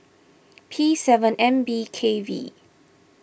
P seven N B K V